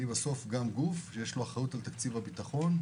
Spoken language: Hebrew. אני גוף שיש לו אחריות על תקציב הביטחון,